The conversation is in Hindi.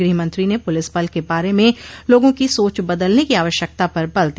गृहमंत्री ने पुलिस बल के बारे में लोगों की सोच बदलने की आवश्यकता पर बल दिया